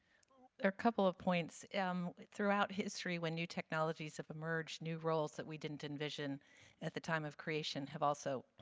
a couple of points. um throughout history, when new technologies have emerged, new roles that we didn't envision at the time of creation have also